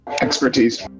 Expertise